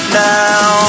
now